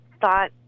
thought